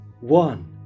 one